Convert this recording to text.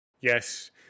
Yes